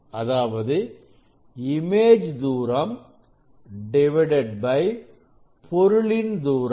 அதாவது இமேஜ் தூரம் divided by பொருளின் தூரம்